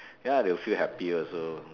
ya they will feel happy also